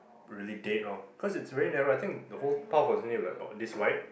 really dead ah cause it's really narrow I think the whole path wasn't it about like this wide